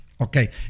okay